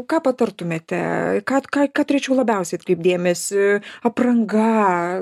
ką patartumėte į ką ką ką turėčiau labiausiai atkreipt dėmesį apranga